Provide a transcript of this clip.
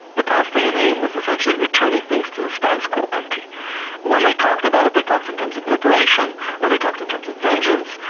the palestinian aim was essentially returning things to the status quo. when they talked about it, they talked in terms of liberation, or they talked in terms of vengeance,